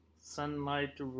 sunlight